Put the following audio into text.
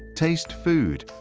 taste food,